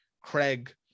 craig